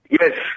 Yes